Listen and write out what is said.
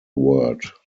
word